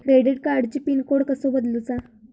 Credit कार्डची pin code कसो बदलुचा?